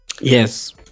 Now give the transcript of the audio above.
Yes